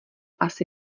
asi